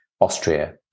Austria